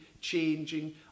changing